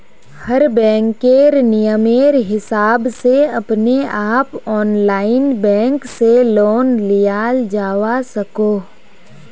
हर बैंकेर नियमेर हिसाब से अपने आप ऑनलाइन बैंक से लोन लियाल जावा सकोह